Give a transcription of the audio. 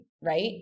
right